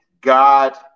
God